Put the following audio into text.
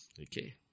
Okay